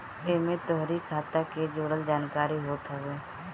एमे तोहरी खाता के जुड़ल जानकारी होत हवे